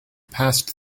passed